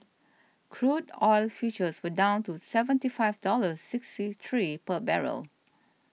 crude oil futures were down to seventy five dollars sixty three per barrel